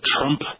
Trump